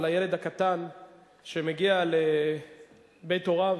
על הילד הקטן שמגיע לבית הוריו,